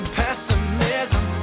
pessimism